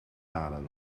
dalen